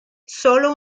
solo